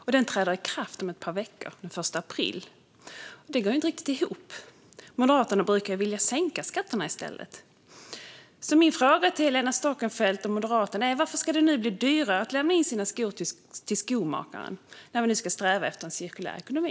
Höjningen träder i kraft om ett par veckor, den 1 april. Det går inte riktigt ihop. Moderaterna brukar vilja sänka skatter. Min fråga till Helena Storckenfeldt och Moderaterna är varför det ska bli dyrare att lämna in sina skor till skomakaren när vi nu ska sträva efter en cirkulär ekonomi.